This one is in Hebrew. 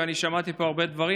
ושמעתי פה הרבה דברים,